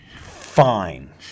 Fine